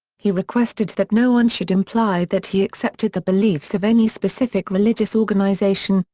he requested that no one should imply that he accepted the beliefs of any specific religious organization,